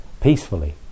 peacefully